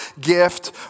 gift